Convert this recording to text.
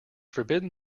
forbidden